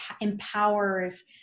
empowers